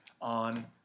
on